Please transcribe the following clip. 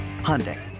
Hyundai